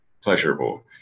pleasurable